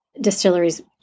distilleries